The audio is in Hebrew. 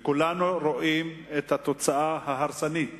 כולנו רואים את התוצאה ההרסנית,